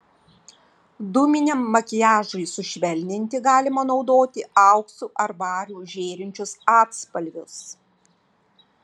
dūminiam makiažui sušvelninti galima naudoti auksu ar variu žėrinčius atspalvius